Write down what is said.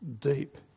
deep